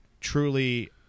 truly